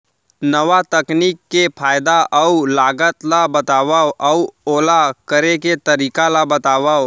नवा तकनीक के फायदा अऊ लागत ला बतावव अऊ ओला करे के तरीका ला बतावव?